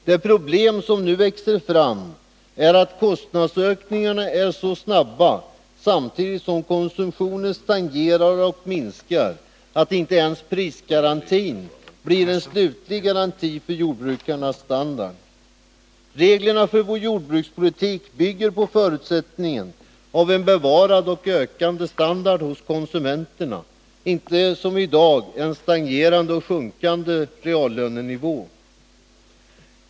Det problem som växer fram är att kostnadsökningarna är så snabba, samtidigt som konsumtionen stagnerar och minskar, att inte ens prisgarantin blir en slutlig garanti för jordbrukarnas standard. Reglerna för vår jordbrukspolitik bygger på förutsättningen av en bevarad och ökande standard hos konsumenterna, inte som i dag en stagnerande och sjunkande reallönenivå.